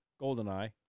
Goldeneye